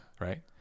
Right